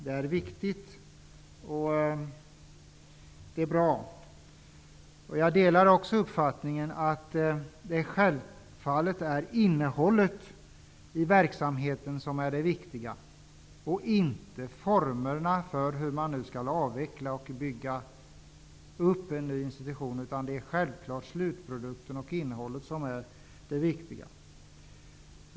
Det är viktigt och det är bra. Jag delar också uppfattningen att det självfallet är innehållet i verksamheten som är det viktiga och inte formerna för hur man skall avveckla och bygga upp en ny institution. Det är självfallet slutprodukten och innehållet som är det viktiga.